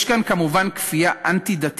יש כאן, כמובן, כפייה אנטי-דתית: